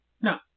No